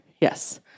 yes